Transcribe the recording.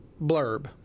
blurb